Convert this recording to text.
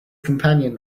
companion